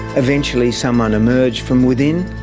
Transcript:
eventually someone emerged from within.